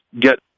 get